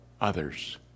others